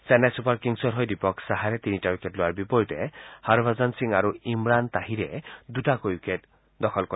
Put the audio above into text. Chennai super কিংছৰ হৈ দীপক চাহাৰে তিনিটা উইকেট লোৱাৰ বিপৰীতে হৰভজন সিং আৰু ইমৰাণ তাহিৰে দুটাকৈ উইকেট লয়